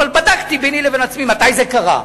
אבל בדקתי ביני לבין עצמי מתי זה קרה.